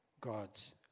God's